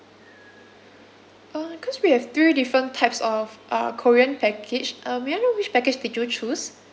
uh cause we have three different types of ah korean package uh may I know which package did you choose